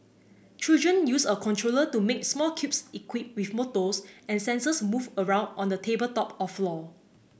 children use a controller to make small cubes equipped with motors and sensors move around on a tabletop or floor